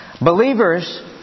...believers